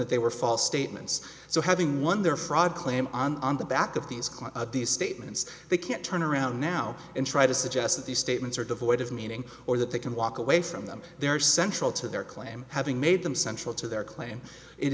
that they were false statements so having won their fraud claim on the back of these cloud of these statements they can't turn around now and try to suggest that these statements are devoid of meaning or that they can walk away from them they are central to their claim having made them central to their claim it